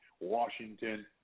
Washington